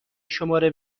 شماره